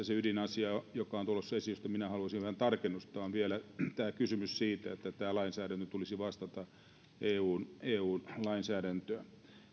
se ydinasia joka on tulossa esiin ja johon minä haluaisin vähän tarkennusta on vielä kysymys siitä että tämän lainsäädännön tulisi vastata eun lainsäädäntöä